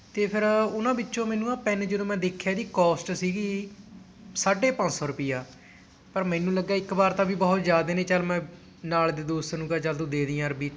ਅਤੇ ਫਿਰ ਉਹਨਾਂ ਵਿੱਚੋਂ ਮੈਨੂੰ ਨਾ ਪੈੱਨ ਜਦੋਂ ਮੈਂ ਦੇੇਖਿਆ ਇਹਦੀ ਕੋਸਟ ਸੀਗੀ ਸਾਢੇ ਪੰਜ ਸੌ ਰੁਪਇਆ ਪਰ ਮੈਨੂੰ ਲੱਗਾ ਇੱਕ ਵਾਰ ਤਾਂ ਵੀ ਬਹੁਤ ਜ਼ਿਆਦਾ ਨੇ ਚੱਲ ਮੈਂ ਨਾਲ ਦੇ ਦੋਸਤ ਨੂੰ ਕਿਹਾ ਚੱਲ ਤੂੰ ਦੇ ਦੀ ਯਾਰ ਵੀ